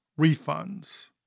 refunds